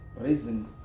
raising